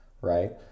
right